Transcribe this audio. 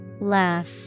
Laugh